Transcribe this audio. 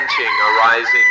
arising